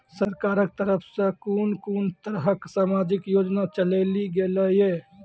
सरकारक तरफ सॅ कून कून तरहक समाजिक योजना चलेली गेलै ये?